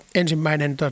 ensimmäinen